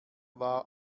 war